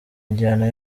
injyana